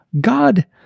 God